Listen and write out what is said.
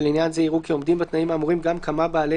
ולעניין זה יראו כעומדים בתנאים האמורים גם כמה בעלי